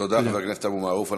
תודה, חבר הכנסת אבו מערוף.